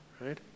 right